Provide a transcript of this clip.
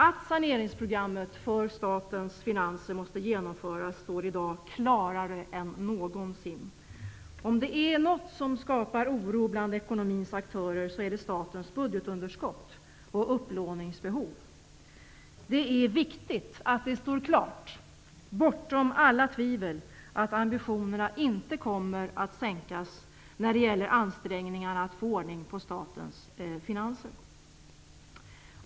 Att saneringsprogrammet för statens finanser måste genomföras står i dag klarar än någonsin. Om det är något som skapar oro bland ekonomins aktörer, är det statens budgetunderskott och upplåningsbehov. Det är viktigt att det står klart -- bortom alla tvivel -- att ambitionerna inte kommer att sänkas när det gäller ansträngningarna att få ordning på statens finanser.